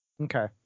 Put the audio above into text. Okay